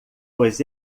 pois